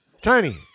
Tony